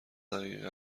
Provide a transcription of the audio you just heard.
دقیقه